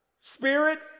Spirit